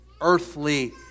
earthly